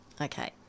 Okay